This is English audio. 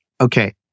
Okay